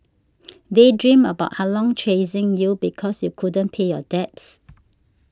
daydream about Ah Long chasing you because you couldn't pay your debts